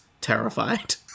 terrified